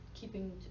keeping